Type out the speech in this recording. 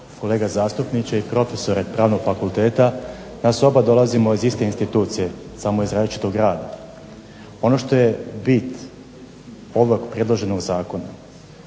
kolega zastupniče i prof. Pravnog fakulteta nas oba dolazimo iz iste institucije samo iz različitog grada. Ono što je bit ovog predloženog zakona